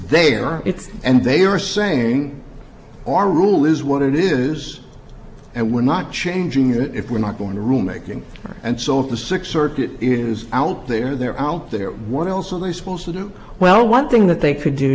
it's and they are saying our rule is what it is and we're not changing it if we're not going to rule making and so if the sixth circuit is out there they're out there what else are they supposed to do well one thing that they could do